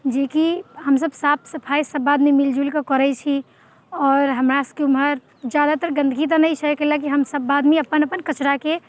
जेकि हमसब साफ सफाइ सब आदमी मिलजुलके करैत छी आओर हमरा सबके एम्हर जादेतर गन्दगी तऽ नहि छै कैला कि हमसब आदमी अपन अपन कचराके